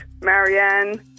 Marianne